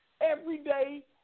Everyday